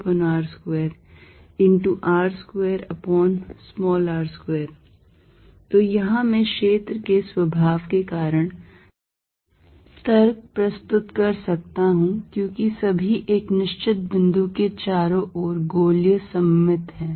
Er14π0Qr214π0QR2 तो यहाँ मैं क्षेत्र के स्वभाव के कारण तर्क प्रस्तुत कर सकता हूं क्योंकि सभी एक निश्चित बिंदु के चारों ओर गोलीय सममित हैं